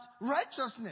righteousness